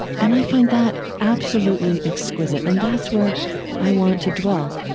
and i find that absolutely exquisite. and that's where i want to dwell.